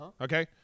Okay